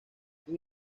sin